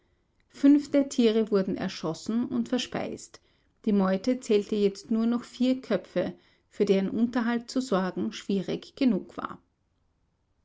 fünf der tiere wurden erschossen und verspeist die meute zählte jetzt nur noch vier köpfe für deren unterhalt zu sorgen schwierig genug war